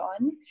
on